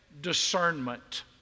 discernment